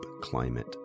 Climate